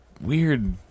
weird